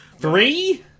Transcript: three